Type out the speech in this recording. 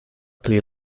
pli